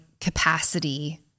capacity